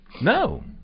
No